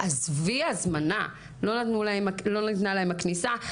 עזבי הזמנה, לא ניתנה להן הכניסה.